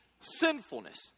sinfulness